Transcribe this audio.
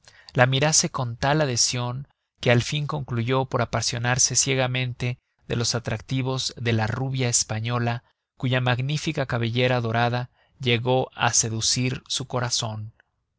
la mirase con tal adhesion que al fin concluyó por apasionarse ciegamente de los atractivos de la rubia española cuya magnífica cabellera dorada llegó á seducir su corazon